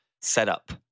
setup